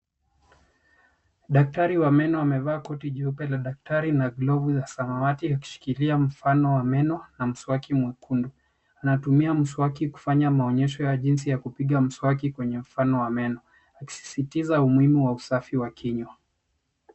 Daktari wa meno amevaa koti jeupe la daktari na glovu za samawati akishikilia mfano wa meno na mswaki mwekundu. Anatumia mswaki kufanya mfano wa jinsi ya kupiga mswaki na mfano wa meno kusisitiza umuhimu wa usafi wa kinywa.